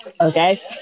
Okay